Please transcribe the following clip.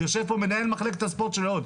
יושב פה מנהל מחלקת הספורט של לוד,